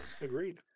agreed